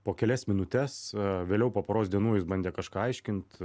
po kelias minutes vėliau po poros dienų jis bandė kažką aiškint